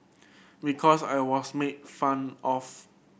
because I was made fun of